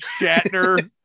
Shatner